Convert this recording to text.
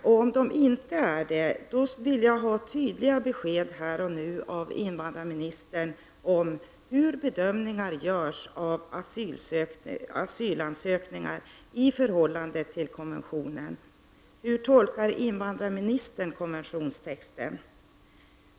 Och om de inte är det vill jag ha tydliga besked här och nu av invandrarministern om hur bedömningar av asylansökningar görs i förhållande till konventionen. Hur tolkar invandrarministern konventionstexten?